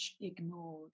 ignored